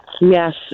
Yes